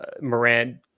Moran –